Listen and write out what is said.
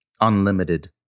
unlimited